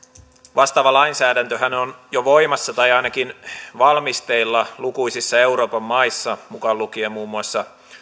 vastaava lainsäädäntöhän on jo voimassa tai ainakin valmisteilla lukuisissa euroopan maissa mukaan lukien muun muassa